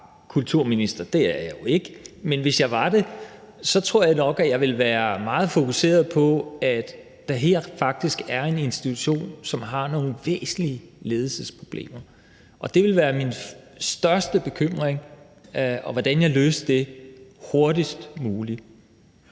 det er jeg jo ikke – så tror jeg nok, at jeg ville være meget fokuseret på, at der her faktisk er en institution, som har nogle væsentlige ledelsesproblemer, og det ville være min største bekymring, hvordan jeg kunne løse det hurtigst muligt.